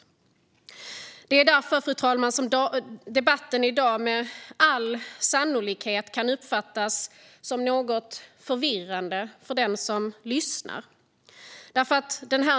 Det är därför, fru talman, debatten i dag med all sannolikhet kan uppfattas som något förvirrande för den som lyssnar.